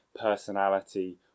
personality